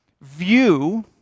view